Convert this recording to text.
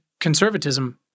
conservatism